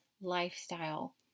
lifestyle